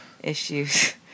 issues